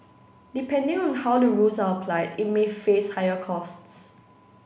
depending on how the rules are applied it may face higher costs